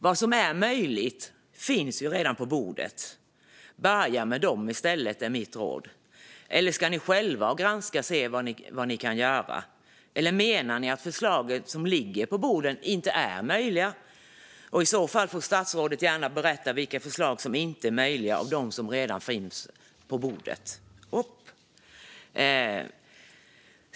Vad som är möjligt finns redan på bordet. Börja med det i stället, är mitt råd. Ska ni själva granska och se vad ni ska göra? Eller menar ni att förslagen som ligger på bordet inte är möjliga? I så fall får statsrådet gärna berätta vilka förslag som inte är möjliga av dem som redan finns på bordet.